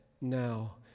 now